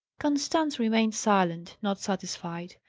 constance remained silent not satisfied.